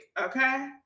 okay